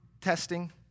testing